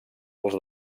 els